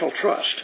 trust